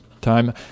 time